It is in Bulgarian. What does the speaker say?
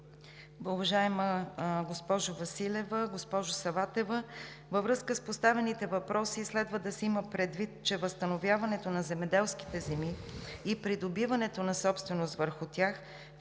Уважаеми госпожо Василева, госпожо Саватева, във връзка с поставените въпроси следва да се има предвид, че възстановяването на земеделските земи и придобиването на собственост върху тях,